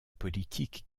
politique